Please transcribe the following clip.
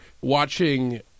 watching